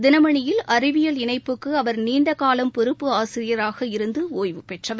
தினமணியில் அறிவியல் இணைப்புக்கு அவர் நீண்ட காலம் பொறுப்பு ஆசிரியராக இருந்து ஒய்வுபெற்றவர்